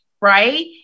right